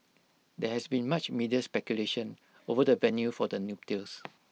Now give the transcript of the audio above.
there has been much media speculation over the venue for the nuptials